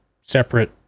separate